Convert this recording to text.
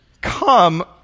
Come